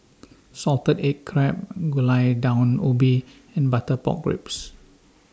Salted Egg Crab and Gulai Daun Ubi and Butter Pork Ribs